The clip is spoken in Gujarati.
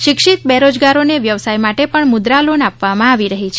શિક્ષિત બેરોજગારોને વ્યવસાય માટે પણ મુદ્રા લો આપવામાં આવી રહી છે